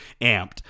amped